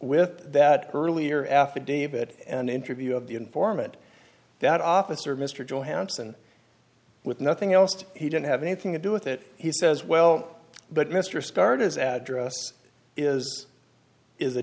with that earlier affidavit an interview of the informant that officer mr johansen with nothing else he didn't have anything to do with it he says well but mr started his address is is a